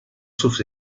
sus